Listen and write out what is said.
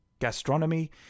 gastronomy